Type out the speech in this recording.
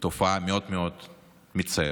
תופעה מאוד מאוד מצערת.